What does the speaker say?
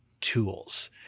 tools